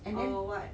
and then